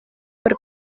per